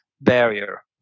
barrier